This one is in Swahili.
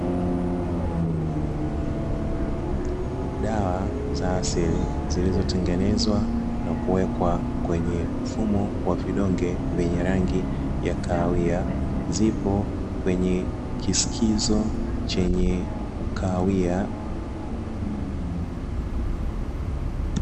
Dawa za asili zilizotengenezwa na kuwekwa kwenye mfumo wa vidonge vyenye rangi ya kahawia zipo kwenye kishikizo chenye ukahawia.